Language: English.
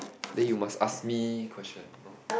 then you must ask me question